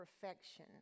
perfection